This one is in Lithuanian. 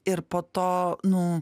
ir po to nu